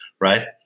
Right